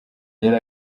yari